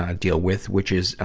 ah deal with, which is, ah,